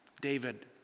David